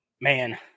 man